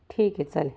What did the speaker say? ठीक आहे चालेल